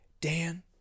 Dan